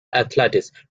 athletic